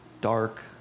dark